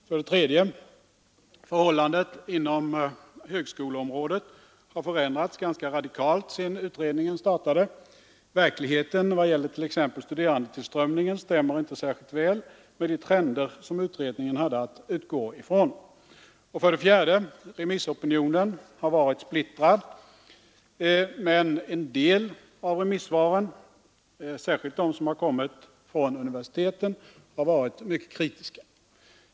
För det tredje har förhållandena inom högskoleområdet förändrats ganska radikalt sedan utredningen startade. Verkligheten i vad gäller t.ex. studerandetillströmningen stämmer inte särskilt väl med de trender som utredningen hade att utgå ifrån. För det fjärde har remissopinionen varit splittrad, men en del av remissvaren — särskilt de som kommit från universiteten — har varit mycket kritiska.